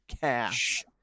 cash